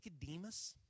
Nicodemus